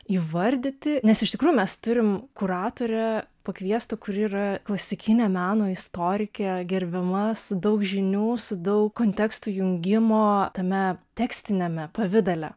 įvardyti nes iš tikrųjų mes turim kuratorę pakviestą kuri yra klasikinio meno istorikė gerbiama su daug žinių su daug kontekstų jungimo tame tekstiniame pavidale